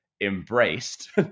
embraced